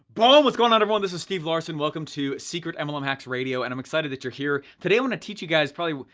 boom! what's going on, everyone, this is steve larsen. welcome to secret mlm hacks radio, and i'm excited that you're here. today i wanna teach you guys, probably,